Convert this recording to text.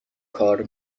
کار